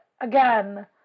again